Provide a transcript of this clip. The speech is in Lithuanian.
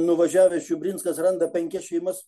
nuvažiavęs čiublinskas randa penkias šeimas